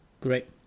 Great